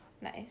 Nice